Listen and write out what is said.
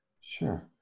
Sure